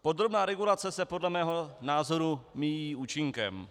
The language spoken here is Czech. Podrobná regulace se podle mého názoru míjí účinkem.